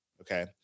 Okay